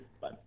Bye